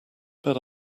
but